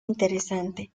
interesante